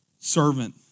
servant